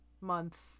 month